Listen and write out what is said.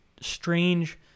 strange